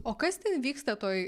o kas ten vyksta toj